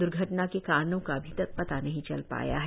द्र्घटना के कारणों का अभी तक पता नहीं चल पाया है